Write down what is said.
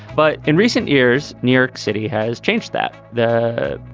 but in recent years new york city has changed that the.